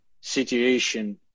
situation